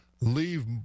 leave